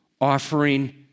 offering